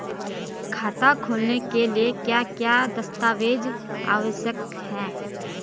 खाता खोलने के लिए क्या क्या दस्तावेज़ आवश्यक हैं?